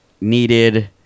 needed